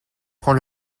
prend